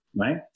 right